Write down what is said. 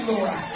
Lord